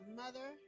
mother